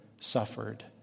suffered